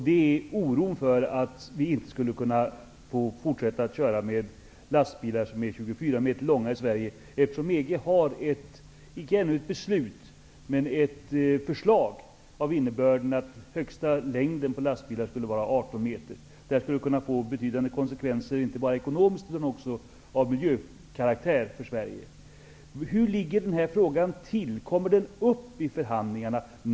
Det gäller oron för att vi i Sverige inte skall få fortsätta att köra med lastbilar som är 24 meter långa, eftersom EG icke ännu har ett beslut men ett förslag med innebörden att högsta tillåtna längden på lastbilar skulle vara 18 meter. Detta skulle kunna få betydande konsekvenser inte bara ekonomiskt, utan också för miljön i Sverige. Hur ligger denna fråga till? När tas den upp i förhandlingarna?